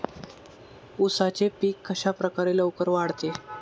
उसाचे पीक कशाप्रकारे लवकर वाढते?